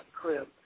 crib